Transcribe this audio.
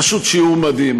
פשוט שיעור מדהים.